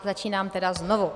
Začínám tedy znovu.